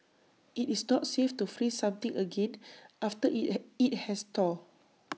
IT is not safe to freeze something again after IT has IT has thawed